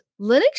Linux